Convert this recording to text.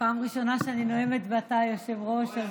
פעם ראשונה שאני נואמת ואתה היושב-ראש.